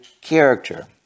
character